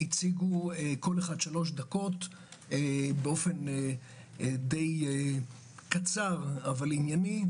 הציג כל אחד שלוש דקות באופן די קצר אבל ענייני.